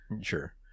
sure